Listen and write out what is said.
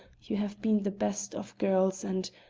you have been the best of girls, and,